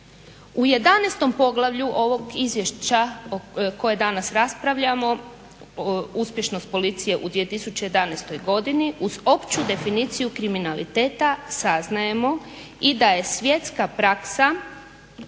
U 11.poglavlju ovog izvješća koje danas raspravljamo, uspješnost policije u 2011. godini uz opću definiciju kriminaliteta saznajemo i da je svjetska praksa